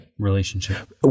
Relationship